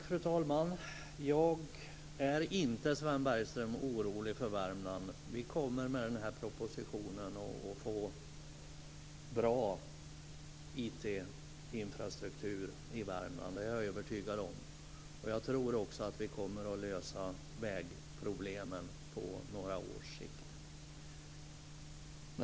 Fru talman! Jag är inte, Sven Bergström, orolig för Värmland. Vi kommer med den här propositionen att få bra IT-infrastruktur i Värmland. Det är jag övertygad om. Jag tror också att vi kommer att lösa vägproblemen på några års sikt.